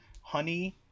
honey